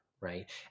Right